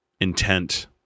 intent